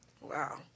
Wow